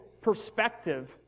perspective